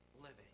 living